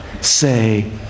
say